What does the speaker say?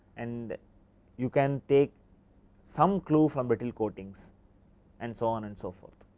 and you can take some clue from brittle coatings and so on and so forth.